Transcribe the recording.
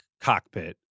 cockpit